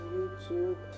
YouTube